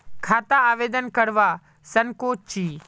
खाता आवेदन करवा संकोची?